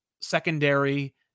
secondary